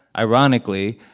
ironically,